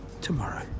tomorrow